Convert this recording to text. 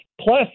plus